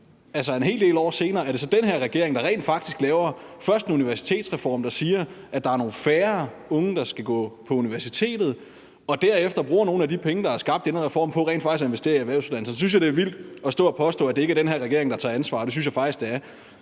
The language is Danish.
altså en hel del år senere, er det så den her regering, der rent faktisk laver først en universitetsreform, der siger, at der er færre unge, der skal gå på universitetet, og derefter bruger nogle af de penge, den her reform er skabt på, på rent faktisk at investere i erhvervsuddannelserne. Så synes jeg, det er vildt at stå og påstå, at det ikke er den her regering, der tager ansvar, for det synes jeg faktisk det er.